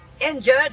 injured